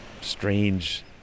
strange